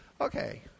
Okay